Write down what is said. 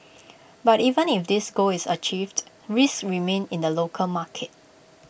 but even if this goal is achieved risks remain in the local market